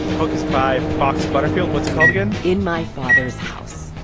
book is by fox butterfield. what's it called again? in my father's house.